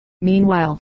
Meanwhile